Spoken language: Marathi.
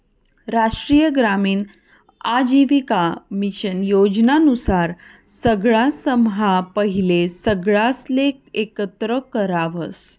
राष्ट्रीय ग्रामीण आजीविका मिशन योजना नुसार सगळासम्हा पहिले सगळासले एकत्र करावस